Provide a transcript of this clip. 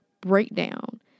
breakdown